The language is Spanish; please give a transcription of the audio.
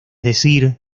decir